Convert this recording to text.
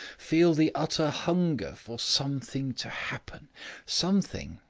feel the utter hunger for something to happen something,